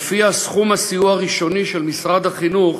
ולפיה סכום הסיוע הראשוני של משרד החינוך